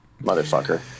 Motherfucker